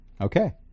Okay